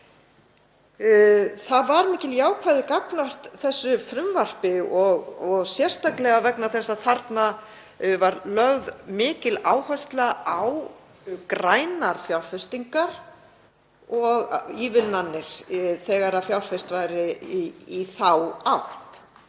Það var mikil jákvæðni gagnvart þessu frumvarpi, sérstaklega vegna þess að þarna var lögð mikil áhersla á grænar fjárfestingar og ívilnanir þegar fjárfest væri í þá átt.